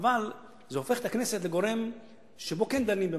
אבל זה הופך את הכנסת לגורם שבו כן דנים במשהו.